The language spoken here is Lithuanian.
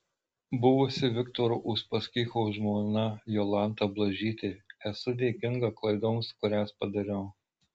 buvusi viktoro uspaskicho žmona jolanta blažytė esu dėkinga klaidoms kurias padariau